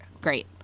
great